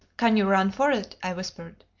can you run for it? i whispered.